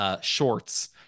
shorts